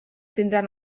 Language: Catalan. tindran